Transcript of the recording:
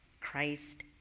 Christ